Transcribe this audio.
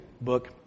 book